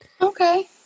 Okay